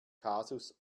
kasus